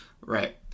Right